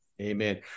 Amen